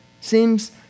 Seems